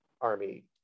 army